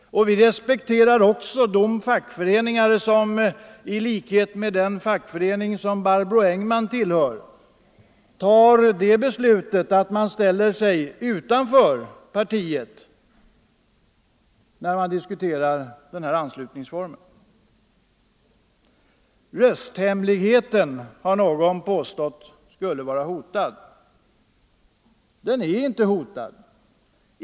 Vi respekterar också de fackföreningar som i likhet med den fackförening Barbro Engman tillhör beslutar sig för att stå utanför partiet, när man tar ställning till den här anslutningsformen. Rösthemligheten, har någon påstått, skulle vara hotad. Den är inte hotad.